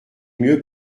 mieux